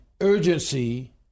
urgency